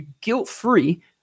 guilt-free